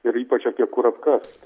ir ypač apie kurapkas